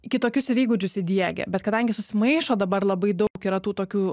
kitokius ir įgūdžius įdiegia bet kadangi susimaišo dabar labai daug yra tų tokių